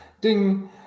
ding